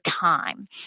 time